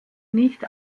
nicht